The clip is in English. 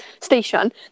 station